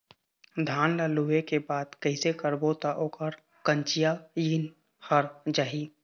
धान ला लुए के बाद कइसे करबो त ओकर कंचीयायिन हर जाही?